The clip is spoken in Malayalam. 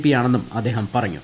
പിയാണെന്നും അദ്ദേഹം പറഞ്ഞു